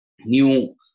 new